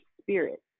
spirit